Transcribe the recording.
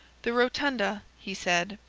the rotunda, he said,